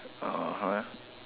(uh huh)